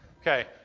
Okay